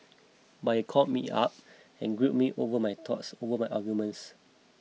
but he called me up and grilled me over my thoughts over my arguments